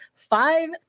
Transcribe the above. Five